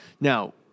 Now